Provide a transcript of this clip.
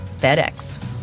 FedEx